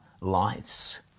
lives